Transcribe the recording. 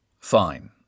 Fine